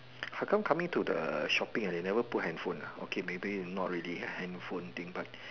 how come coming to the shopping ah they never put handphone ah okay maybe not really a handphone thing